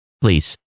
please